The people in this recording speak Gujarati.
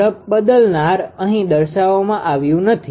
ઝડપ બદલનાર અહી દર્શાવવામાં આવ્યું નથી